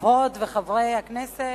חברות וחברי הכנסת,